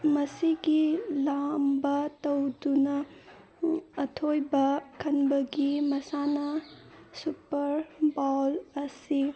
ꯃꯁꯤꯒꯤ ꯂꯝꯕꯥ ꯇꯧꯗꯨꯅ ꯑꯊꯣꯏꯕ ꯈꯟꯕꯒꯤ ꯃꯁꯥꯟꯅ ꯁꯨꯄꯔ ꯕꯥꯎꯜ ꯑꯁꯤ